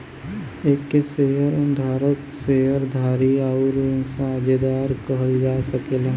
एके शेअर धारक, शेअर धारी आउर साझेदार कहल जा सकेला